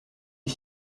est